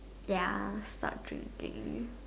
ya stop drinking